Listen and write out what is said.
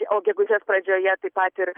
o gegužės pradžioje taip pat ir